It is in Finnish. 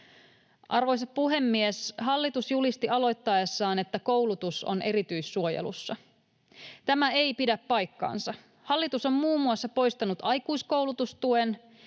Arvoisa puhemies! Hallitus julisti aloittaessaan, että koulutus on erityissuojelussa. Tämä ei pidä paikkaansa. Hallitus on muun muassa poistanut aikuiskoulutustuen,